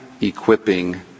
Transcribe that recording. equipping